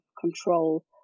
control